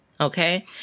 Okay